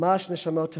ממש נשמות טהורות.